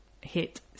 hit